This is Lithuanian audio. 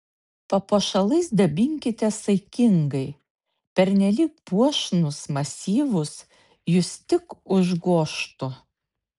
papuošalais dabinkitės saikingai pernelyg puošnūs masyvūs jus tik užgožtų